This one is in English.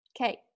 Okay